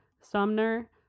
Sumner